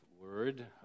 word